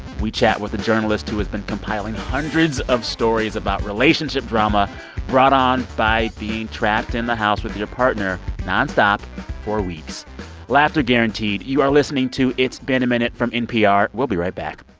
we chat with a journalist who has been compiling hundreds of stories about relationship drama brought on by being trapped in the house with your partner nonstop for weeks laughter guaranteed. you are listening to it's been a minute from npr. we'll be right back